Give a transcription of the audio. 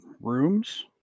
rooms